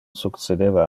succedeva